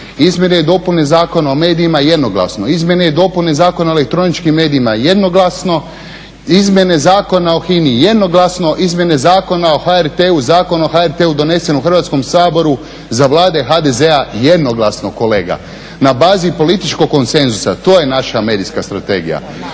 Izmjene i dopune Zakona o medijima jednoglasno, izmjene i dopune Zakona o elektroničkim medijima jednoglasno, izmjene Zakona o HINA-i, izmjene Zakona o HRT-u, Zakon o HRT-u donesen u Hrvatskom saboru za vrijeme HDZ-a jednoglasno kolega na bazi političkog konsenzusa. To je naša medijska strategija.